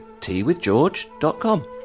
teawithgeorge.com